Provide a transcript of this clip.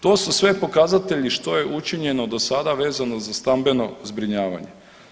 To su sve pokazatelji što je učinjeno do sada vezano za stambeno zbrinjavanje.